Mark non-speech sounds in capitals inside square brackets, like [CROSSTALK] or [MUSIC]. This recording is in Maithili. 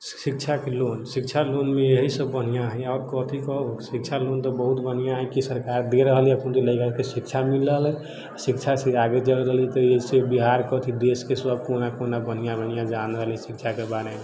शिक्षाके लोन शिक्षा लोनमे यही सब बढ़िआँ हय आओर कथी कहब शिक्षा लोन तऽ बहुत बढ़िआँ हय कि सरकार दे रहल हय शिक्षा मिल रहल हय शिक्षासँ आगे [UNINTELLIGIBLE] बिहार देशके सब कोना कोना बढ़िआँ बढ़िआँ जान रहल हय शिक्षाके बारेमे